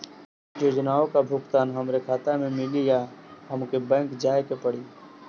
योजनाओ का भुगतान हमरे खाता में मिली या हमके बैंक जाये के पड़ी?